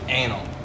anal